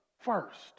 First